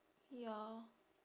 ya